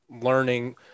learning